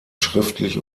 schriftlich